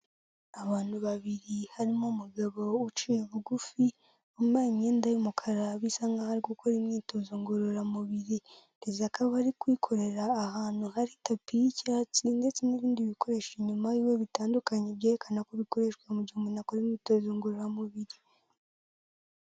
Abantu babiri harimo umugabo uciye bugufi wambaye imyenda y'umukara bisa nkaho ari gukora imyitozo ngororamubiri akaba ari kwikorera ahantu hari tapi y'icyatsi ndetse n'ibindi bikoresho inyuma yiwe bitandukanye byerekana ko bikoreshwa mu gihe umuntu akora imyitozo ngororamubiri.